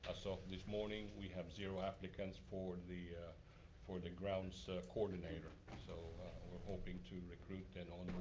ah so this morning, we have zero applicants for the for the grounds coordinator. so we're hoping to recruit and